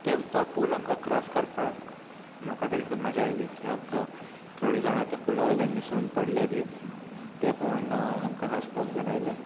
ते तो पूल आमकां क्राॅस करपाक म्हाका तरी खूब मजा आयली किद्याक तर थोडीं जाणां त्या पुलार निसरून पडलेय बी तें पळोवन आमकां हांसपाक बीन आयलें